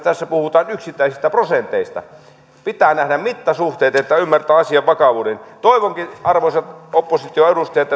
tässä kilpailukykysopimuksessa puhutaan yksittäisistä prosenteista pitää nähdä mittasuhteet että ymmärtää asian vakavuuden arvoisat opposition edustajat